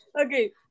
Okay